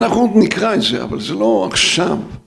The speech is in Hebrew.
אנחנו עוד נקרא את זה, אבל זה לא עכשיו.